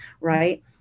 right